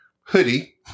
hoodie